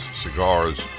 cigars